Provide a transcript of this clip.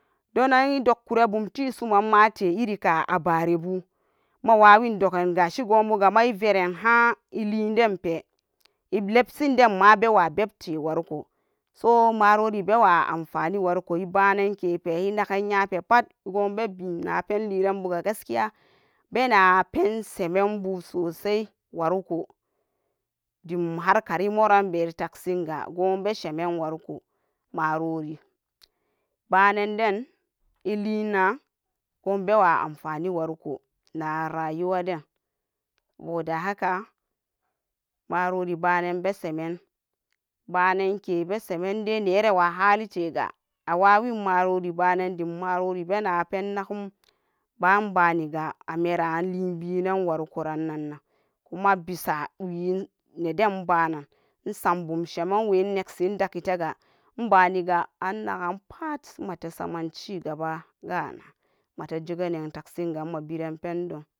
Donan idogkuran bumtisumma ite irinka abarebu, mawawin dogan gashi gobugama iven ha'a ibum lidanpe illabsin danma ewa bebte warko, so marori bewa anfani warko ibananke fe inagan nyapetat gwobebi napenliranbuga gaskiya bena pensemenbu sosai warko dim harkari moran be itagsin ga gwobeshemen warko marori banenden ilina gwobewa anfani warko nəa rayuwandan wodahaka marori banen, besemen bananke besemen indai nerewa halitega awawin marori banen marori bena pen nakum ba'an baniga amera libinan warkorannannan kuma bisa windan banan isam bum sheman inegsi indagatega inbaniga an naganga pa'at mate saman cigaba gana, mate geganan mabiran pendon.